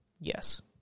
yes